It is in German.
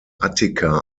attika